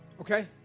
Okay